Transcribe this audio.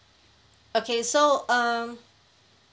okay so um